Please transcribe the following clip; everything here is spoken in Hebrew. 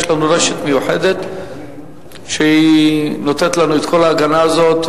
יש לנו רשת מיוחדת שנותנת לנו את כל ההגנה הזאת.